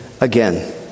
again